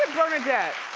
bernnadette,